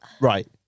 right